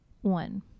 one